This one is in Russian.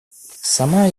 сама